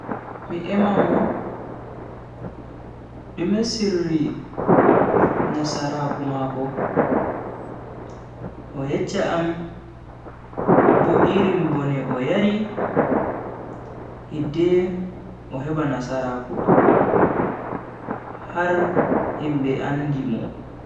Mi emen mo dume sirri nasaraku mako. O yeccha am bo irin bone o yaari hidde o heba nasaraaku har himbe andi mo.